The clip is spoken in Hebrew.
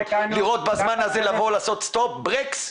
לראות בזמן הזה לבוא ולעשות "סטופ" ו"ברקס".